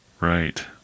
Right